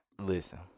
Listen